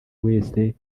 were